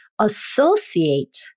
associate